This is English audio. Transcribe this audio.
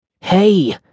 Hey